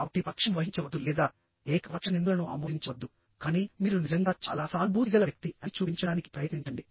కాబట్టి పక్షం వహించవద్దు లేదా ఏకపక్ష నిందలను ఆమోదించవద్దు కానీ మీరు నిజంగా చాలా సానుభూతిగల వ్యక్తి అని చూపించడానికి ప్రయత్నించండి